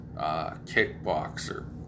kickboxer